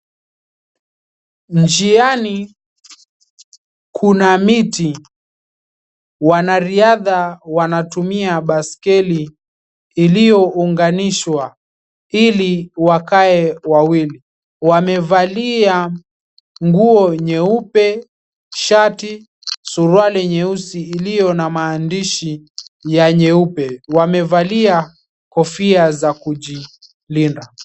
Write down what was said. Njiani kuna miti. Wanariadha wanatumia baiskeli iliyounganishwa ili wakae wawili. Wamevalia nguo nyeupe, shati, suruali nyeusi iliyo na maandishi ya nyeupe. Wamevalia kofia za kujilinda.